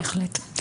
בהחלט,